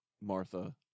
Martha